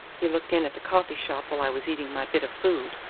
he looked in at the coffee-shop while i was eating my bit of food.